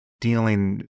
dealing